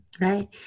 Right